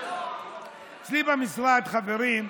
אצלי במשרד, חברים,